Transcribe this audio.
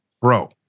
bro